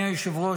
היושב-ראש,